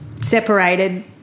separated